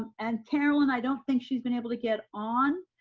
and caroline, i don't think she's been able to get on.